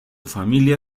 familia